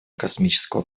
космического